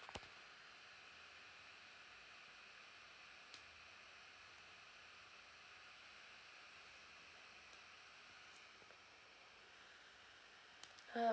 uh